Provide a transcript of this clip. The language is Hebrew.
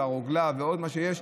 הרוגלה ועוד מה שיש,